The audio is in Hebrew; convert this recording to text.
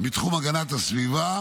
מתחום הגנת הסביבה,